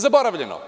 Zaboravljeno.